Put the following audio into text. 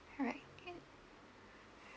alright